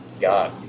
God